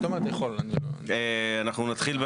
אנחנו נתחיל,